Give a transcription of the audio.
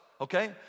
okay